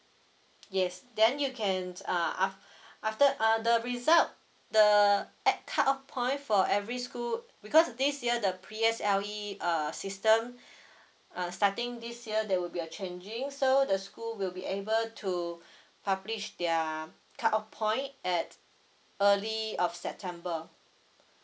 yes then you can uh af~ after uh the result the add cut off point for every school because this year the P S L E err system uh starting this year there will be a changing so the school will be able to publish their cut off point at early of september